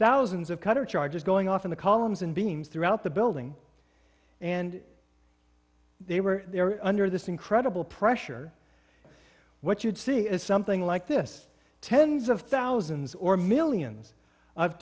thousands of cutter charges going off in the columns and beams throughout the building and they were under this incredible pressure what you'd see is something like this tens of thousands or millions of